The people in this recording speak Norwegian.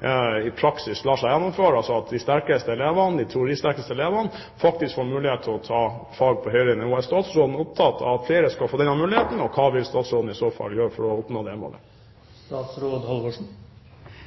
i landet der dette lar seg gjennomføre – altså at de teoristerke elevene faktisk får mulighet til å ta fag på høyere nivå. Er statsråden opptatt av at flere skal få denne muligheten, og hva vil statsråden gjøre for å oppnå det målet?